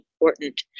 important